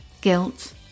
guilt